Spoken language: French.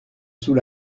sous